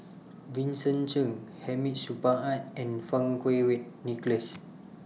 Vincent Cheng Hamid Supaat and Fang Kuo Wei Nicholas